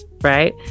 right